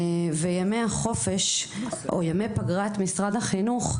וימי החופש או ימי פגרת משרד החינוך,